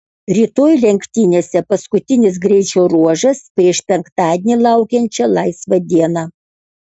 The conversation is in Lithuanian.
rytoj lenktynėse paskutinis greičio ruožas prieš penktadienį laukiančią laisvą dieną